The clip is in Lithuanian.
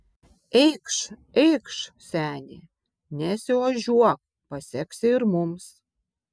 eikš eikš seni nesiožiuok paseksi ir mums